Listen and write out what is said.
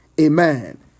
Amen